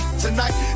tonight